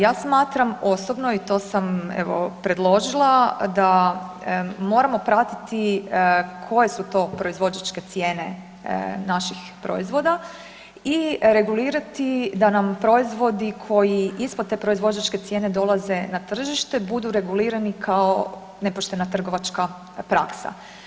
Ja smatram osobno i to sam evo predložila, da moramo pratiti koje su proizvođačke cijene naših proizvoda i regulirati da nam proizvodi koji ispod te proizvođačke cijene dolaze na tržište, budu regulirani kao nepoštena trgovačka praksa.